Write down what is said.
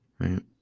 right